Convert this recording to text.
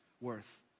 worth